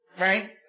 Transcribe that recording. right